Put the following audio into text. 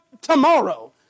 tomorrow